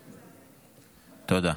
תודה.